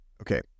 okay